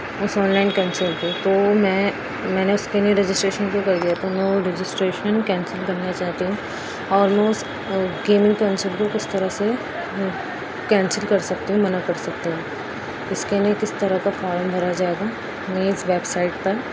اس online console کو تو میں میں نے اس کے لیے رجسٹریشن جو کر لیا تھا میں وہ رجسٹریشن کینسل کرنا چاہتی ہوں اور میں اس گیمنگ کنسول کو کس طرح سے کینسل کر سکتی ہوں منع کر سکتی ہوں اس کے لیے کس طرح کا فارم بھرا جائے گا نیز ویب سائٹ پر